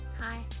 Hi